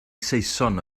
saeson